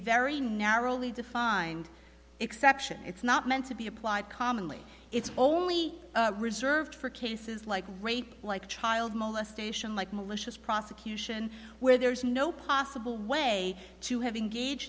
very narrowly defined exception it's not meant to be applied commonly it's only reserved for cases like rape like child molestation like malicious prosecution where there is no possible way to hav